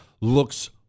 looks